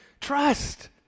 trust